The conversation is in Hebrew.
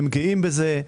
הם גאים בזה.